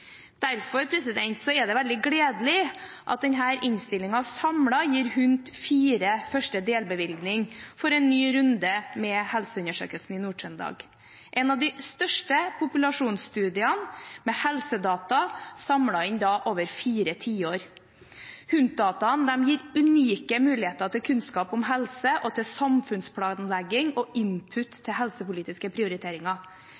Derfor er det veldig gledelig at denne innstillingen samlet gir HUNT 4 første delbevilgning for en ny runde med Helseundersøkelsen i Nord-Trøndelag, en av de største populasjonsstudiene med helsedata samlet inn over fire tiår. HUNT-dataene gir unike muligheter til kunnskap om helse og til samfunnsplanlegging og input til helsepolitiske prioriteringer.